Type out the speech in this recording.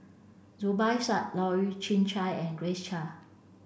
Zubir Said Loy Chye Chuan and Grace Chia